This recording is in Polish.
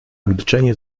milczenie